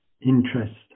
interest